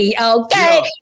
okay